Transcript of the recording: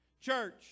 Church